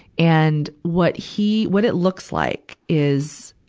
and, what he, what it looks like is,